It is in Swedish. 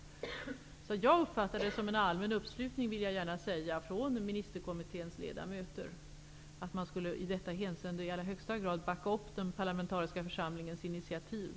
Jag vill gärna säga att jag uppfattade det som en allmän uppslutning från ministerkommitténs ledamöter, att man i detta hänseende i allra högsta grad skulle backa upp den parlamentariska församlingens initiativ.